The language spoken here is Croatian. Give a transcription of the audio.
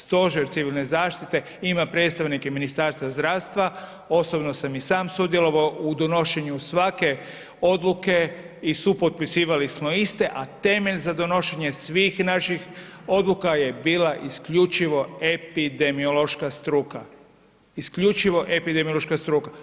Stožer civilne zaštite ima predstavnike Ministarstva zdravstva, osobno sam i sam sudjelovao u donošenju svake odluke i supotpisivali smo iste, a temelj za donošenje svih naših odluka je bila isključivo epidemiološka struka, isključivo epidemiološka struka.